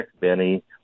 Benny